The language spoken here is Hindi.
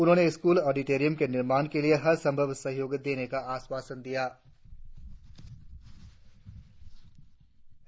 उन्होंने स्कूल ऑडिटोरियम के निर्माण के लिए हर संभव सहयोग देने का आश्वासन दिया है